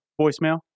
voicemail